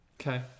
Okay